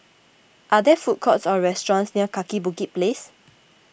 are there food courts or restaurants near Kaki Bukit Place